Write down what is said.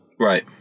Right